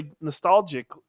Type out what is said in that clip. nostalgic